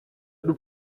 nous